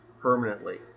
permanently